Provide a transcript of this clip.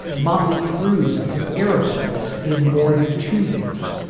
motley crews and era smiths in more than two years.